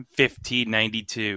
1592